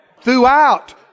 Throughout